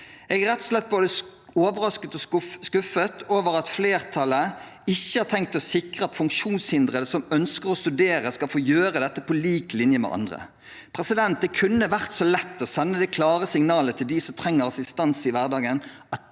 Jeg er rett og slett både overrasket og skuffet over at flertallet ikke har tenkt å sikre at funksjonshindrede som ønsker å studere, skal få gjøre dette på lik linje med andre. Det kunne vært så lett å sende det klare signalet til dem som trenger assistanse i hverdagen,